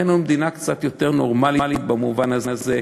ייתן לנו מדינה קצת יותר נורמלית במובן הזה,